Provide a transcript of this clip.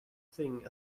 thing